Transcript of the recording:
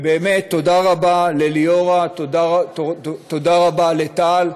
באמת, תודה רבה לליאורה, תודה רבה לטל.